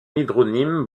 hydronyme